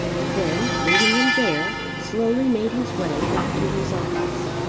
and then, leaving him there, slowly made his way back to his office.